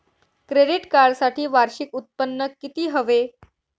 Credit कार्डसाठी वार्षिक उत्त्पन्न किती हवे?